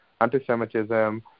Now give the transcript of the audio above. anti-Semitism